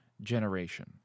generation